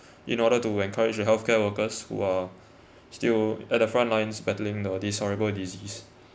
in order to encourage the healthcare workers who are still at the front lines battling the this horrible disease